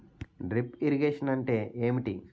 Drip irrigation అంటే ఏమిటి?